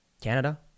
Canada